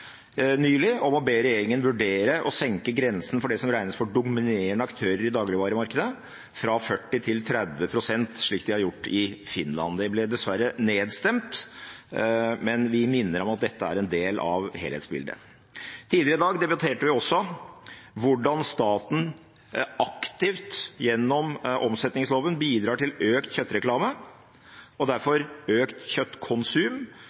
nylig om å be regjeringen vurdere å senke grensen for det som regnes som dominerende aktører i dagligvaremarkedet, fra 40 pst. til 30 pst., slik de har gjort i Finland. Det ble dessverre nedstemt, men vi minner om at dette er en del av helhetsbildet. Tidligere i dag debatterte vi hvordan staten aktivt gjennom omsetningsloven bidrar til økt kjøttreklame og derfor økt kjøttkonsum,